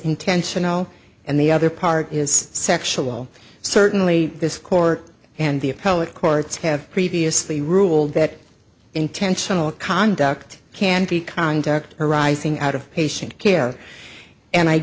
intentional and the other part is sexual certainly this court and the appellate courts have previously ruled that intentional conduct can be conduct arising out of patient care and i